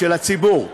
של הציבור,